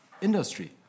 industry